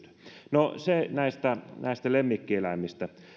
no se näistä näistä lemmikkieläimistä